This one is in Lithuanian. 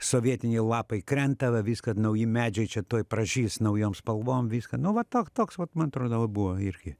sovietiniai lapai krenta va vis kad nauji medžiai čia tuoj pražys naujom spalvom viską nu va va tok toks vat man atrodo buvo irgi